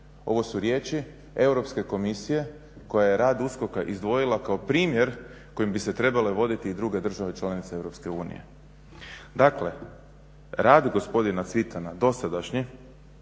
ovo su riječi Europske komisije koja je rad USKOK-a izdvojila kao primjer kojim bi se trebale voditi i druge države članice EU. Dakle, rad gospodina Cvitana dosadašnji